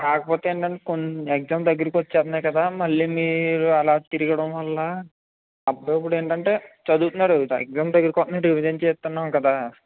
కాకపోతే ఏంటంటే కొంచెం ఎగ్జామ్స్ దగ్గరకి వచ్చేత్నాయి కదా మళ్ళీ మీరు అలా తిరగడం వల్ల అబ్బాయి ఇప్పుడు ఏంటంటే చదువుతున్నాడు ఎగ్జామ్స్ దగ్గరకు వత్నాయని రివిజన్ చేయిస్తున్నాం కదా